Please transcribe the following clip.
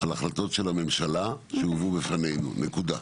על ההחלטות של הממשלה שהובאו בפנינו, נקודה.